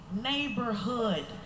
neighborhood